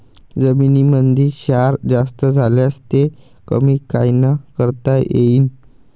जमीनीमंदी क्षार जास्त झाल्यास ते कमी कायनं करता येईन?